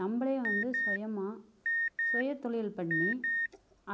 நம்மளே வந்து சுயமா சுய தொழில் பண்ணி